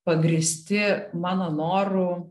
pagrįsti mano noru